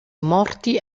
morti